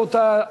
רבותי,